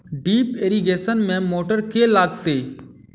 Drip irrigation मे motor केँ लागतै?